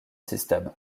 system